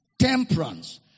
temperance